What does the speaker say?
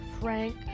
Frank